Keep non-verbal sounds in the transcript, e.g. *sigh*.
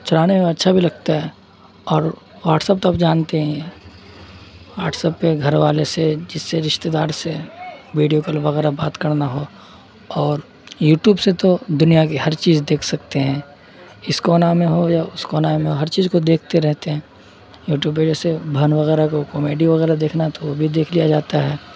چلانے میں اچھا بھی لگتا ہے اور واٹسپ تو آپ جانتے ہی ہیں واٹسپ پہ گھر والے سے جس سے رشتتے دار سے ویڈیو کال وغیرہ بات کرنا ہو اور یوٹیوب سے تو دنیا کی ہر چیز دیکھ سکتے ہیں اس کونا میں ہو یا اس کونا میں ہو ہر چیز کو دیکھتے رہتے ہیں یوٹیوب پہ جیسے *unintelligible* وغیرہ کو کامیڈی وغیرہ دیکھنا تو وہ بھی دیکھ لیا جاتا ہے